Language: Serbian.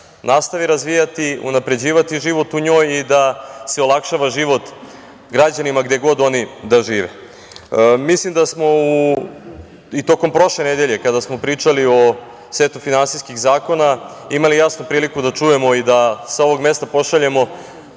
nastavi razvijati, unapređivati život u njoj i da se olakšava život građanima gde god oni da žive. Mislim da smo i tokom prošle nedelje kada smo pričali o setu finansijskih zakona, imali jasnu priliku da čujemo i da sa ovog mesta pošaljemo